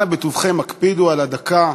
אנא, בטובכם, הקפידו על הדקה.